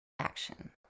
action